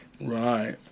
right